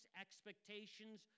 expectations